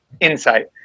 Insight